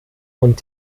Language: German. und